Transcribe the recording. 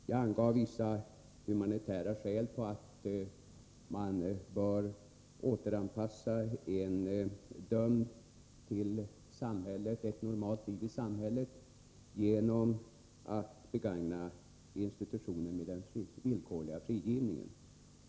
Jag angav vissa humanitära skäl för att man bör återanpassa de dömda till ett normalt liv i samhället genom att begagna institutet med villkorlig frigivning.